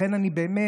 לכן אני באמת,